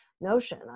notion